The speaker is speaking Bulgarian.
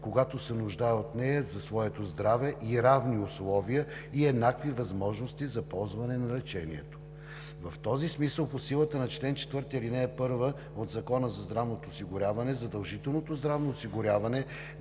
когато се нуждае от нея за своето здраве и равни условия и еднакви възможности за ползване на лечението. В този смисъл, по силата на чл. 4, ал. 1 от Закона за здравното осигуряване, задължителното здравно осигуряване